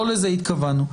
לא לזה התכוונו.